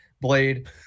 Blade